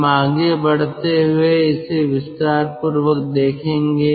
हम आगे बढ़ते हुए इसे विस्तार पूर्वक देखेंगे